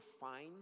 fine